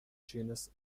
genus